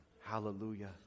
Hallelujah